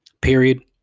Period